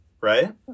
right